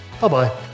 Bye-bye